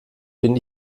bin